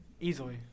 Easily